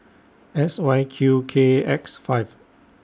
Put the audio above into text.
S Y Q K X five